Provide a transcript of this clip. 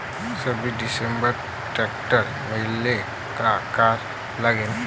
सबसिडीवर ट्रॅक्टर मिळवायले का करा लागन?